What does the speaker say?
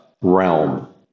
realm